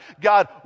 God